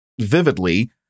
vividly